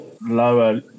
lower